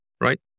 right